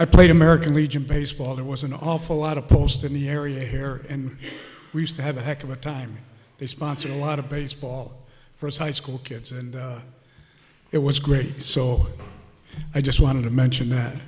i played american legion baseball there was an awful lot of post in the area here and i have a heck of a time they sponsor a lot of baseball for his high school kids and it was great so i just wanted to mention that